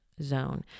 zone